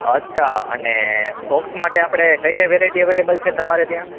અછા અને સોક્સ માટે આપણે કઈ કઈ વેરાઈટી અવેલેબલ છે તમારે ત્યાં